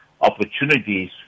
opportunities